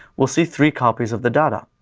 we'll see three copies of the data.